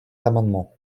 amendement